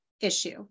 issue